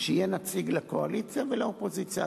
שיהיה נציג לקואליציה ונציג לאופוזיציה.